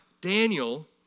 Daniel